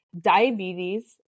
Diabetes